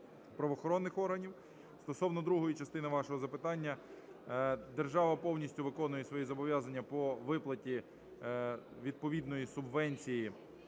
правоохоронних органів. Стосовно другої частини вашого запитання. Держава повністю виконує свої зобов'язання по виплаті відповідної субвенції